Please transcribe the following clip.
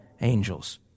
angels